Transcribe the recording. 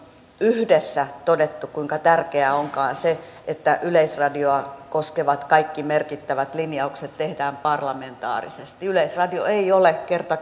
yhdessä todettu kuinka tärkeää onkaan se että yleisradiota koskevat kaikki merkittävät linjaukset tehdään parlamentaarisesti yleisradio ei ole kerta